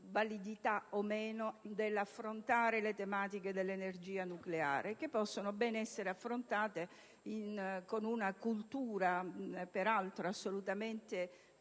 validità o no dell'affrontare le tematiche dell'energia nucleare, che possono ben essere affrontate con una cultura peraltro assolutamente